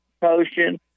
potion